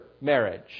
marriage